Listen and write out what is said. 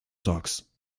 dogs